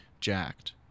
jacked